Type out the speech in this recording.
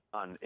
on